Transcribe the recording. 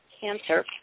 cancer